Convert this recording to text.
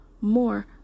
more